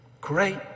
Great